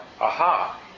aha